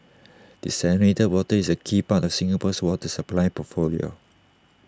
desalinated water is A key part of Singapore's water supply portfolio